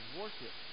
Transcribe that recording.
worship